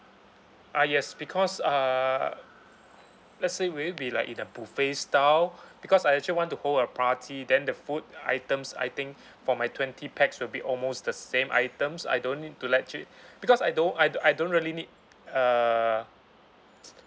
ah yes because uh let's say will it be like in a buffet style because I actually want to hold a party then the food items I think for my twenty pax will be almost the same items I don't need to actually because I don't I do~ I don't really need uh